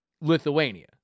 Lithuania